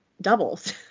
doubles